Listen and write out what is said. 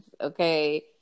okay